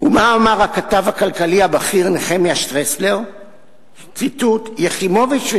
ולא מדובר רק בחברי הכנסת כץ ויחימוביץ.